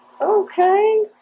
Okay